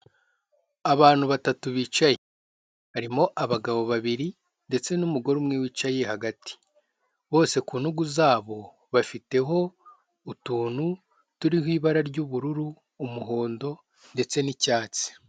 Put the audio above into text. Abantu batatu bicaye, harimo abagabo babiri ndetse n'umugore umwe wicaye hagati, bose ku ntugu zabo bafiteho utuntu turiho ibara ry'ubururu, umuhondo, ndetse n'icyatsi.